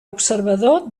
observador